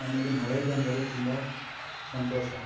ನಮಗೆ ಮಳೆ ಬಂದರೆ ತುಂಬ ಸಂತೋಷ